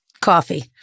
coffee